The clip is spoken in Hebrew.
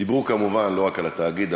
דיברו כמובן לא רק על התאגיד.